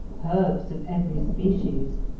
herbs of every species,